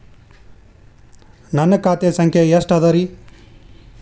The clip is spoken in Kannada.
ನನ್ನ ಖಾತೆ ಸಂಖ್ಯೆ ಎಷ್ಟ ಅದರಿ?